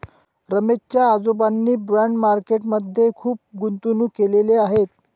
रमेश च्या आजोबांनी bond market मध्ये खुप गुंतवणूक केलेले आहे